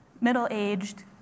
middle-aged